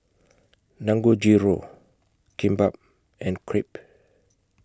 Dangojiru Kimbap and Crepe